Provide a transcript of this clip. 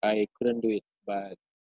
I couldn't do it but